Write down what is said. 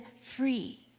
free